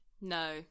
No